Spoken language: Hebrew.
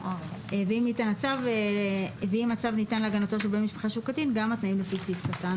ואם הצו ניתן להגנתו של בן משפחה שהוא קטן גם התנאים לפי סעיף קטן